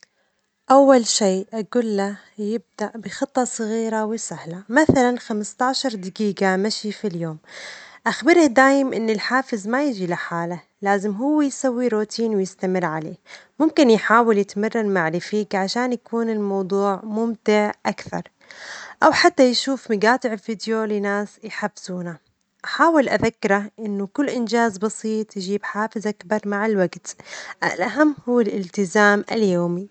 أول شيء أجوله له يبدأ بخطة صغيرة وسهلة، مثلاً خمس عشرة دجيجة مشي في اليوم، أخبره دائم إن الحافز ما يجي لحاله، لازم هو يسوي روتين ويستمر عليه، ممكن يحاول يتمرن مع رفيج عشان يكون الموضوع ممتع أكثر أو حتى يشوف مجاطع فيديو لناس يحفزونه، أحاول أذكره إن كل إنجاز بسيط يجيب حافز أكبر مع الوجت، الأهم هو الالتزام اليومي.